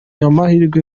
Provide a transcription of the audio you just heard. amahirwe